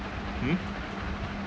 hm